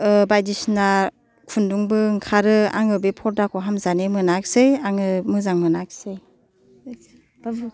बायदिसिना खुन्दुंबो ओंखारो आङो बे फर्दाखौ हामजानाय मोनाखिसै आङो मोजां मोनाखिसै